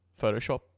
Photoshop